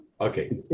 Okay